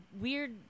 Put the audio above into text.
weird